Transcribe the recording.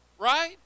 Right